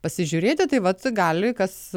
pasižiūrėti taip pat gali kas